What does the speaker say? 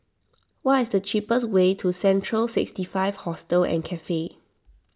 what is the cheapest way to Central sixty five Hostel and Cafe